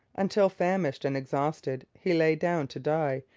until, famished and exhausted, he lay down to die.